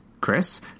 Chris